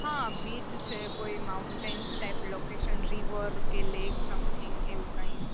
હા બીચ છે કોઈ માઉંટેન્સ ટાઈપ લોકેશન્ રિવર કે લેક સમથિંગ એવું કાંઇ